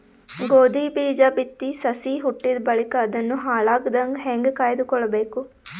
ಗೋಧಿ ಬೀಜ ಬಿತ್ತಿ ಸಸಿ ಹುಟ್ಟಿದ ಬಳಿಕ ಅದನ್ನು ಹಾಳಾಗದಂಗ ಹೇಂಗ ಕಾಯ್ದುಕೊಳಬೇಕು?